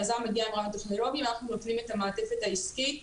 היזם מגיע עם רעיון טכנולוגי ואנחנו נותנים את המעטפת העסקית,